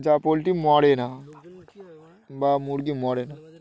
যা পোলট্রি মরে না বা মুরগি মরে না